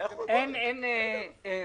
אין פתרון.